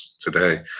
today